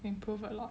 improve a lot